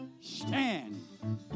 stand